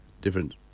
Different